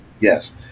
Yes